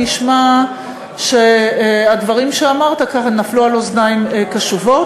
נשמע שהדברים שאמרת נפלו על אוזניים קשובות,